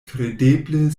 kredeble